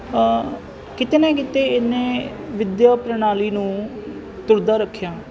ਕਿਤੇ ਨਾ ਕਿਤੇ ਇਹਨੇ ਵਿੱਦਿਆ ਪ੍ਰਣਾਲੀ ਨੂੰ ਤੁਰਦਾ ਰੱਖਿਆ